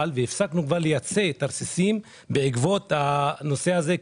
והפסקנו לייצא תרסיסים בעקבות הנושא הזה.